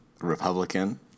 Republican